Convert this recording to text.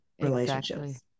relationships